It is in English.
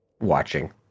watching